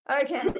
Okay